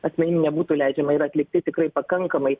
asmenim nebūtų leidžiama yra atlikti tikrai pakankamai